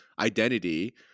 identity